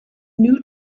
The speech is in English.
new